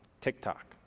TikTok